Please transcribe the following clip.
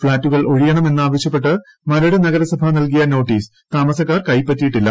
ഫ്ളാറ്റുകൾ ഒഴിയണം എന്നാവശ്യപ്പെട്ട് മരട് നഗരസഭ നൽകിയ നോട്ടീസ് താമസക്കാർ കൈപ്പറ്റിയിട്ടില്ല